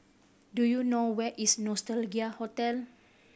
do you know where is Nostalgia Hotel